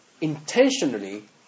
intentionally